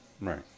Right